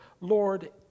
Lord